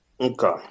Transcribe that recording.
Okay